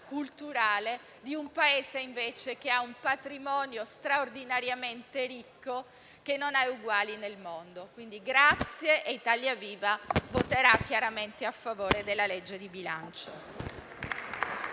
culturale di un Paese che ha un patrimonio straordinariamente ricco che non ha uguali nel mondo. Il Gruppo Italia Viva voterà ovviamente a favore della legge di bilancio.